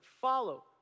follow